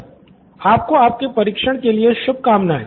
professor आपको आपके परीक्षण के लिए शुभकामनाएँ